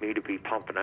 me to be pumping